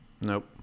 Nope